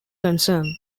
concern